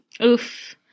Oof